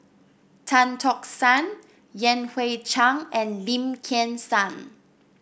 Tan Tock San Yan Hui Chang and Lim Kim San